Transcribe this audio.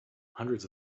hundreds